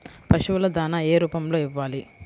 పశువుల దాణా ఏ రూపంలో ఇవ్వాలి?